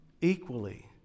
equally